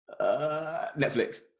Netflix